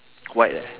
white